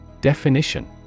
Definition